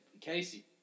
Casey